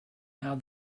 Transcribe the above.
how